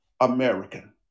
american